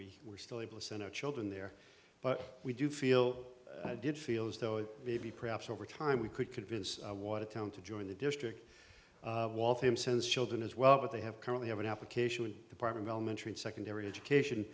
we were still able to send our children there but we do feel did feel as though maybe perhaps over time we could convince watertown to join the district waltham sense children as well but they have currently have an application department elementary and secondary education